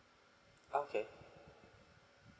okay